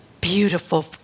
beautiful